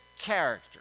character